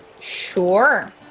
Sure